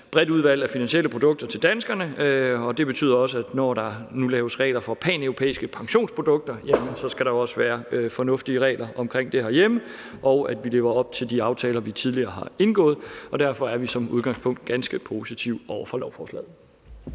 bredt udvalg af finansielle produkter til danskerne, og det betyder også, at når der nu laves regler for paneuropæiske pensionsprodukter, skal der også være fornuftige regler for det herhjemme, og vi skal leve op til de aftaler, vi tidligere har indgået, og derfor er vi som udgangspunkt ganske positive over for lovforslaget.